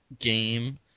game